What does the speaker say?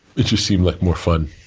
it just seemed like more fun